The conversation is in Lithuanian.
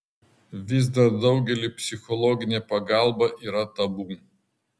vis dar daugeliui psichologinė pagalba yra tabu